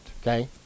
okay